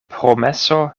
promeso